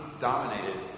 dominated